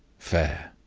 fair,